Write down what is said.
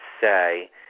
say